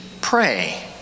pray